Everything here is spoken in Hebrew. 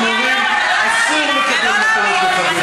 הם אומרים: אסור לקבל מתנות מחברים,